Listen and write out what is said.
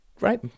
Right